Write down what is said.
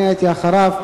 אני הייתי אחריו,